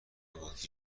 بطری